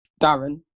darren